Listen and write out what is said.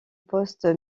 poste